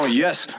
yes